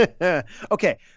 Okay